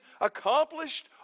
accomplished